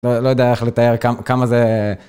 לא יודע איך לתאר כמה זה...